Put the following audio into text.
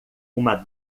uma